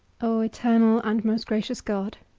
o eternal and most gracious god,